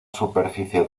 superficie